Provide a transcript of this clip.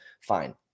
Fine